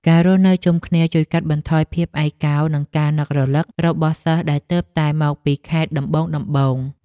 ការរស់នៅជុំគ្នាជួយកាត់បន្ថយភាពឯកោនិងការនឹករលឹករបស់សិស្សដែលទើបតែមកពីខេត្តដំបូងៗ។